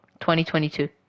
2022